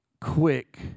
quick